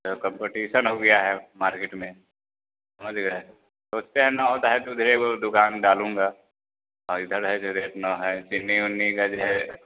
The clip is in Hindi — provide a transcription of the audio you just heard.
जो काम्पटिशन हो गया है मार्केट में समझ गए दुकान डालूँगा इधर है जो रेट न है चीनी ऊन्नि का जो है